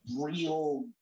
real